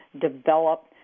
develop